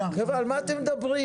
חבר'ה, על מה אתם מדברים?